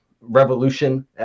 revolution